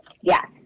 Yes